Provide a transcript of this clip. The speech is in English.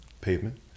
Pavement